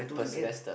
per semester